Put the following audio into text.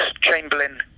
Chamberlain